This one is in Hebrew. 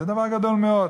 זה דבר גדול מאוד.